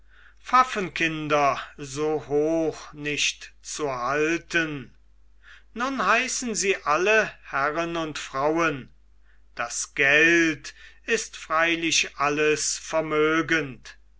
pfaffenkinder so hoch nicht zu halten nun heißen sie alle herren und frauen das geld ist freilich alles vermögend